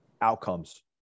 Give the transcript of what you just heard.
outcomes